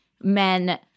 men